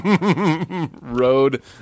Road